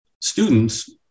students